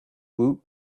woot